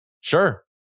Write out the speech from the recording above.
sure